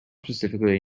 specifically